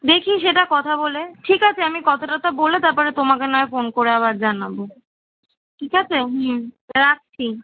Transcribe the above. দেখি সেটা কথা বলে ঠিক আছে আমি কথা টথা বলে তারপরে তোমাকে নাহয় ফোন করে আবার জানাবো ঠিক আছে হুম রাখছি